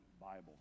Bible